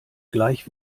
gleich